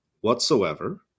whatsoever